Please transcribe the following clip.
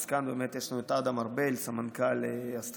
אז כאן באמת יש לנו את אדם ארבל, סמנכ"ל אסטרטגיה,